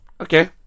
Okay